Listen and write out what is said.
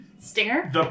Stinger